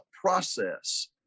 process